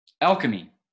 alchemy